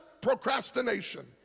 procrastination